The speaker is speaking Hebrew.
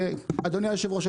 אדוני היושב ראש,